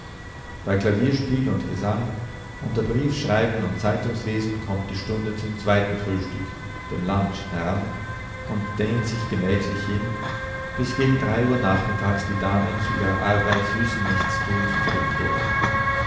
bei klavierspiel und gesang unter briefschreiben und zeitungslesen kommt die stunde zum zweiten frühstück lunch heran und dehnt sich gemächlich hin bis gegen drei uhr nachmittags die damen zu ihrer arbeit süßen nichtstuns zurückkehren